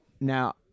Now